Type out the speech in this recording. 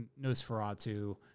Nosferatu